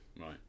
Right